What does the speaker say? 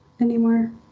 anymore